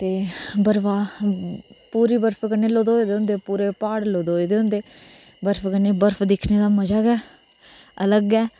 ते पूरे बर्फ कन्नै लदोए दे होंदे पूरे प्हाड़ लदोए दे होंदे बर्फ कन्नै बर्फ दिक्खने दा मजा अलग ऐ